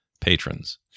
patrons